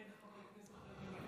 רק הסדרנים.